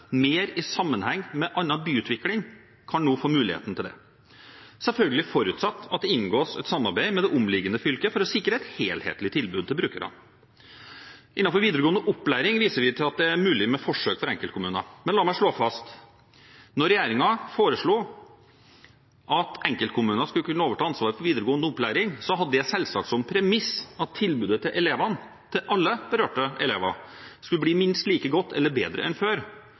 mer i sammenheng med annen byutvikling, får nå muligheten til det – selvfølgelig forutsatt at det inngås et samarbeid med det omliggende fylket for å sikre et helhetlig tilbud til brukerne. Innen videregående opplæring viser vi til at det er mulig med forsøk for enkeltkommuner. Men la meg slå fast: Når regjeringen foreslo at enkeltkommuner skulle kunne overta ansvaret for videregående opplæring, hadde det selvsagt som premiss at tilbudet til elevene – alle berørte elever – skulle bli minst like godt eller bedre enn før.